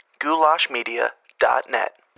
goulashmedia.net